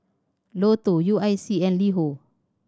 Lotto U I C and LiHo